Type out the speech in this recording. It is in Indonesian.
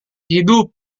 hidup